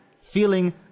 feeling